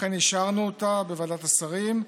לכן אישרנו אותה בוועדת השרים.